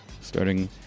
starting